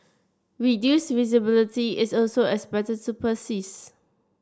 reduced visibility is also expected to persist